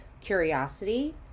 curiosity